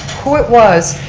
who it was,